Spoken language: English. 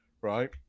right